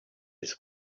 his